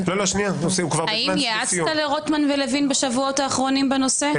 האם יעצת לרוטמן וללוין בשבועות האחרונים בנושא,